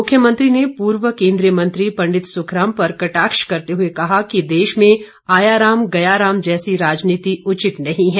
मुख्यमंत्री ने पूर्व केन्द्रीय मंत्री पंडित सुखराम पर कटाक्ष करते हुए कहा कि देश में आयाराम गयाराम जैसी राजनीति उचित नहीं है